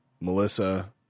melissa